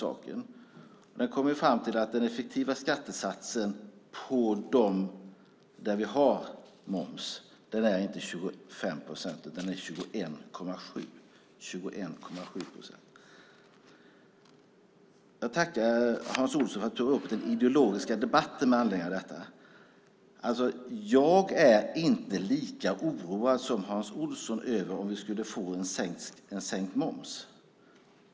Utredningen kom fram till att den effektiva skattesatsen där vi har moms inte är 25 procent utan 21,7 procent. Jag tackar Hans Olsson för att han tog upp den ideologiska debatten med anledning av detta. Men jag är inte lika oroad som Hans Olsson för en sänkt moms.